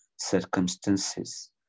circumstances